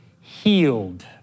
healed